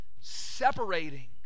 separating